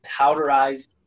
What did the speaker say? powderized